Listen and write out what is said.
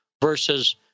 versus